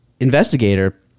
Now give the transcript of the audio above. investigator